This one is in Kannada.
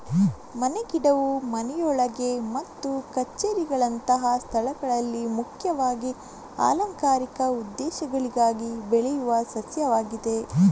ಮನೆ ಗಿಡವು ಮನೆಯೊಳಗೆ ಮತ್ತು ಕಛೇರಿಗಳಂತಹ ಸ್ಥಳಗಳಲ್ಲಿ ಮುಖ್ಯವಾಗಿ ಅಲಂಕಾರಿಕ ಉದ್ದೇಶಗಳಿಗಾಗಿ ಬೆಳೆಯುವ ಸಸ್ಯವಾಗಿದೆ